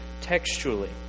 textually